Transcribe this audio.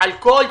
נכון,